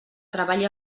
treballi